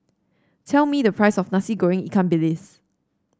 tell me the price of Nasi Goreng Ikan Bilis